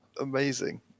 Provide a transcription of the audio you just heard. Amazing